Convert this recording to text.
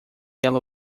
ela